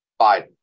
Biden